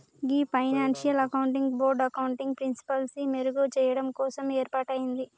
గీ financial accounting board accounting ప్రిన్సిపిల్సి మెరుగు చెయ్యడం కోసం ఏర్పాటయింది